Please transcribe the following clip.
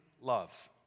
love